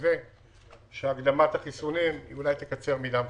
נקווה שהקדמת החיסונים תקצר במידה מסוימת.